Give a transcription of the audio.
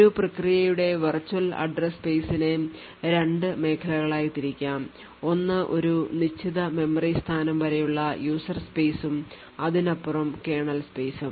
ഒരു പ്രക്രിയയുടെ virtual address space നെ രണ്ട് മേഖലകളായി വിഭജിക്കാം ഒന്ന് ഒരു നിശ്ചിത മെമ്മറി സ്ഥാനം വരെയുള്ള user space ഉം അതിനപ്പുറം കേർണൽ സ്പെയ്സും